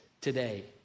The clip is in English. today